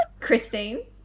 Christine